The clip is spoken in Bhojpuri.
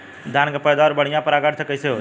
धान की पैदावार बढ़िया परागण से कईसे होई?